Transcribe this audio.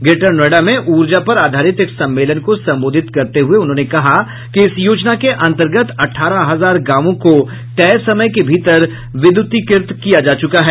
greater Noida में ऊर्जा पर आधारित एक सम्मेलन को संबोधित करते हुये उन्होंने कहा कि इस योजना के अन्तर्गत अठारह हजार गांवों को तय समय के भीतर विद्युतीकृत किया जा चुका है